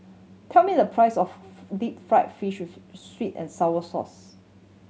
tell me the price of deep fried fish sweet and sour sauce